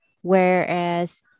Whereas